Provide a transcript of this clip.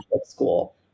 school